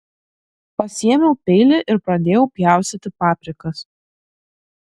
pasiėmiau peilį ir padėjau pjaustyti paprikas